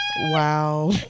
Wow